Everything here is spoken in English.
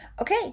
Okay